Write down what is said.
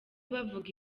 bavuga